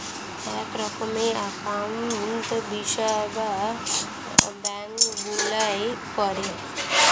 এক রকমের অ্যাকাউন্টিং পরিষেবা ব্যাঙ্ক গুলোয় করে